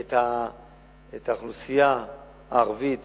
את האוכלוסייה הערבית